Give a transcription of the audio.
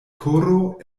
koro